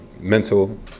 mental